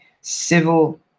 civil